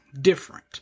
different